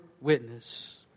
witness